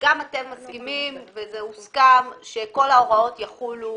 גם אתם מסכימים וזה הוסכם שכל ההוראות יחולו